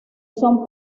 son